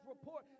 report